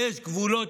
יש גבולות,